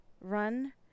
run